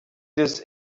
this